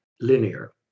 linear